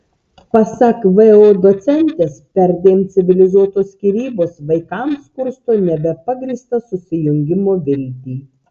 pasak vu docentės perdėm civilizuotos skyrybos vaikams kursto nebepagrįstą susijungimo viltį